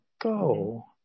go